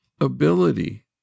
ability